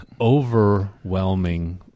overwhelming